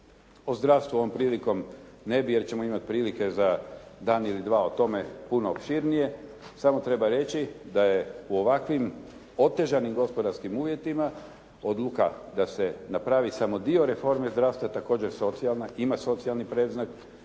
O zdravstvu ovom prilikom ne bi, jer ćemo imati prilike za dan ili dva o tome puno opširnije. Samo treba reći da je u ovakvim otežanim gospodarskim uvjetima odluka da se napravi samo dio reforme zdravstva također socijalna, ima socijalni predznak